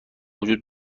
وجود